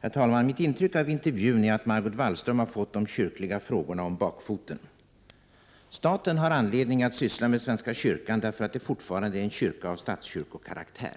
Herr talman! Mitt intryck av intervjun är att Margot Wallström fått de kyrkliga frågorna om bakfoten. Staten har anledning att syssla med svenska kyrkan därför att den fortfarande är en kyrka av statskyrkokaraktär.